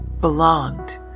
belonged